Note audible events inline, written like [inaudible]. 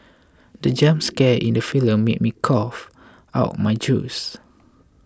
[noise] the jump scare in the film made me cough out my juice